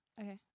okay